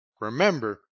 Remember